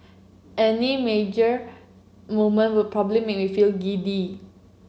any major movement would probably make me feel giddy